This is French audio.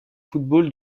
football